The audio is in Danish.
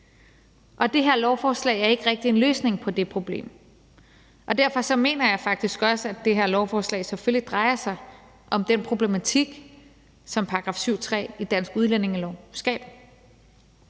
Og det her lovforslag er ikke rigtig en løsning på det problem. Derfor mener jeg faktisk også, at det her lovforslag selvfølgelig drejer sig om den problematik, som § 7, stk. 3, i dansk udlændingelov skaber.